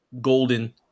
Golden